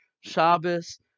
Shabbos